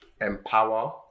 empower